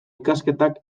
ikasketak